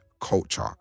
culture